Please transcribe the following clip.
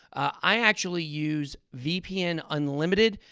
i actually use vpn unlimited.